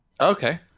Okay